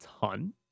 ton